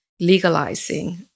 legalizing